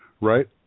right